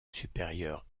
supérieure